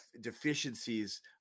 deficiencies –